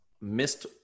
missed